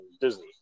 Disney